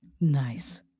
nice